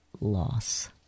loss